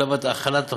שלב הכנת התוכנית.